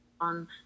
on